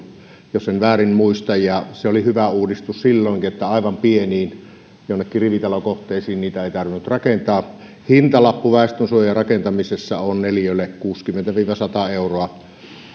jos en väärin muista ja se oli hyvä uudistus silloinkin että aivan pieniin joihinkin rivitalokohteisiin niitä ei tarvinnut rakentaa hintalappu väestönsuojarakentamisessa on neliölle kuusikymmentä viiva sata euroa